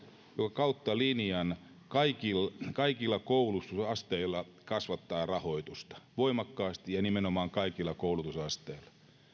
kautta linjan kaikilla kaikilla koulutusasteilla kasvattaa rahoitusta voimakkaasti ja nimenomaan kaikilla koulutusasteilla